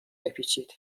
بپیچید